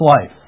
life